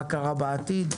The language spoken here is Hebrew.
מה קרה בעתיד.